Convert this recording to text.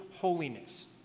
holiness